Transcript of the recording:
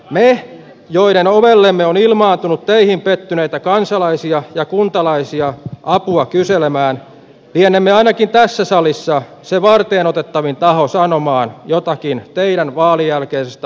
me joiden ovelle on ilmaantunut teihin pettyneitä kansalaisia ja kuntalaisia apua kyselemään lienemme ainakin tässä salissa se varteenotettavin taho sanomaan jotakin teidän vaalien jälkeisestä arviointikyvystänne